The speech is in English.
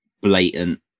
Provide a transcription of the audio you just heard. blatant